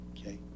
Okay